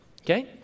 okay